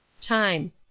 time